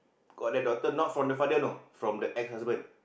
got that daughter not from the father you know from the ex-husband